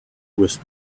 was